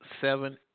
seven